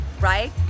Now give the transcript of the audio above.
right